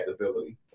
ability